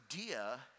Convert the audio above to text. idea